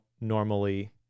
normally